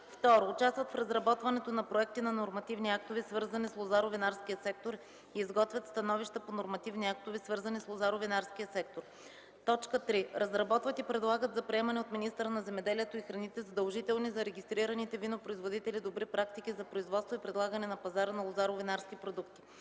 2. участват в разработването на проекти на нормативни актове, свързани с лозаро-винарския сектор, и изготвят становища по нормативни актове, свързани с лозаро-винарския сектор; 3. разработват и предлагат за приемане от министъра на земеделието и храните задължителни за регистрираните винопроизводители добри практики за производство и предлагане на пазара на лозаро-винарски продукти;